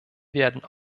werden